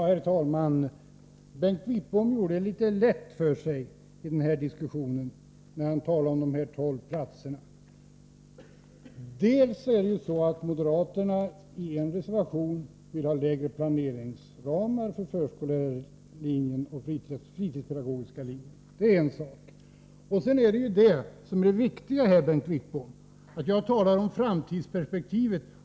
Herr talman! Bengt Wittbom gjorde det litet lätt för sig i diskussionen när han talade om de tolv platserna. Till att börja med vill ju moderaterna i en reservation ha lägre planeringsramar för förskolläraroch fritidspedagoglinjerna. Vidare — och det är det viktiga, Bengt Wittbom — är det fråga om framtidsperpektivet.